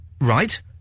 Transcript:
Right